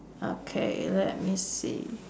okay let me see